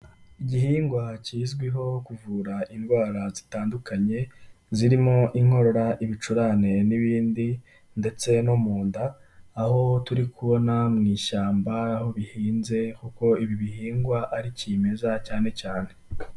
Igihingwa kizwiho kuvura indwara zitandukanye zirimo: Inkorora, ibicurane n'ibindi ndetse no mu nda, aho turi kubona mu ishyamba aho bihinze kuko ibi bihingwa ari kimeza cyane cyane.